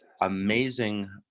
amazing